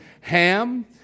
Ham